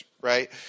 right